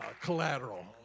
collateral